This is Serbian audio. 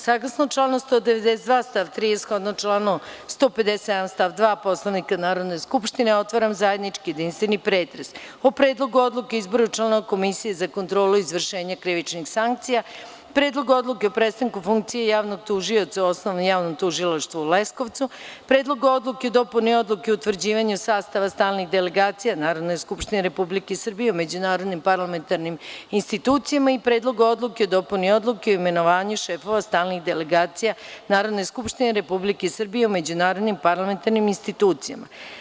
Saglasno članu 192. stav 3. i shodno članu 157. stav 2. Poslovnika Narodne skupštine, otvaram zajednički jedinstveni pretres o Predlogu odluke o izboru članova Komisije za kontrolu izvršenja krivičnih sankcija; Predlogu odluke o prestanku funkcije javnog tužioca u Osnovnom javnom tužilaštvu u Leskovcu; Predlogu odluke o dopuni Odluke o utvrđivanju sastava stalnih delegacija Narodne skupštine RS u međunarodnim parlamentarnim institucijama i Predlogu odluke o dopuni Odluke o imenovanju šefova stalnih delegacija Narodne skupštine RS u međunarodnim parlamentarnim institucijama.